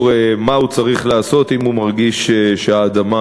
מה הוא צריך לעשות אם הוא מרגיש שהאדמה